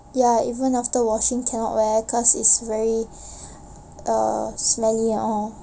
ya even after washing cannot wear cause it's very err smelly and all